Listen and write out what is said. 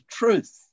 truth